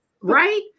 right